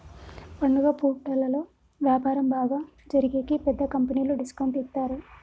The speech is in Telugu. పండుగ పూటలలో వ్యాపారం బాగా జరిగేకి పెద్ద కంపెనీలు డిస్కౌంట్ ఇత్తారు